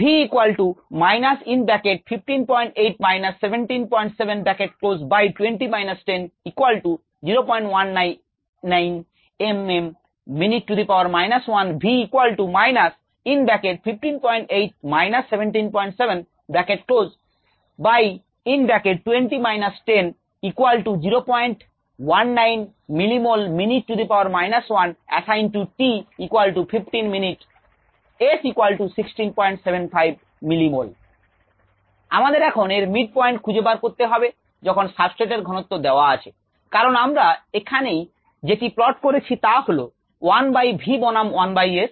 assigned to t 15 min S 1675 mM আমাদের এখন এর mid point খুঁজে বার করতে হবে যখন সাবস্ত্রেট এর ঘনত্ব দেওয়া আছে কারণ আমরা এখানেই যেটি প্লট করছি তা হল 1 বাই v বনাম 1 বাই s